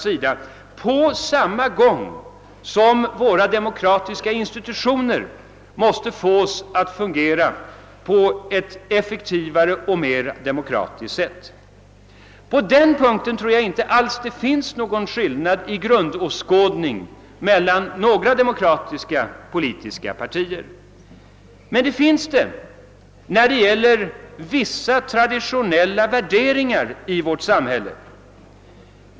Samtidigt måste våra demokratiska institutioner fås att fungera på ett effektivare och mer demokratiskt sätt. På den punkten bör inte finnas någon skillnad i grundåskådning mellan några demokratiska politiska partier. Å andra sidan finns den när det gäller vissa traditionella värderingar i vårt samhälle.